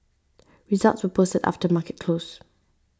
results were posted after market close